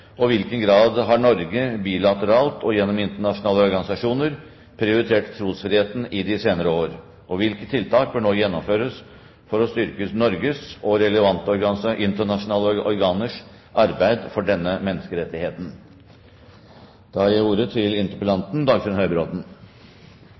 i hvilken grad har Norge bilateralt og gjennom internasjonale organisasjoner prioritert trosfriheten de senere år? Den andre problemstillingen gjelder veien videre. Hvilke tiltak mener utenriksministeren nå bør gjennomføres for å styrke Norges og relevante internasjonale organers arbeid for trosfriheten? La meg konkretisere dette i form av seks spørsmål, som jeg